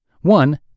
One